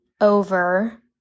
over